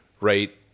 right